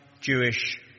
Jewish